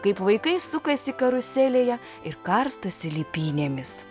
kaip vaikai sukasi karuselėje ir karstosi lipynėmis